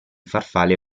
farfalle